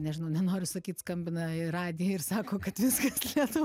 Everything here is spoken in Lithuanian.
nežinau nenoriu sakyt skambina į radiją ir sako kad viskas čia lietu